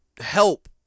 help